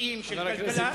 נושאים של כלכלה,